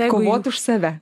kovot už save